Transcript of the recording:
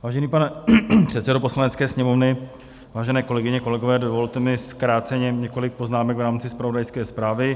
Vážený pane předsedo Poslanecké sněmovny, vážené kolegyně, kolegové, dovolte mi zkráceně několik poznámek v rámci zpravodajské zprávy.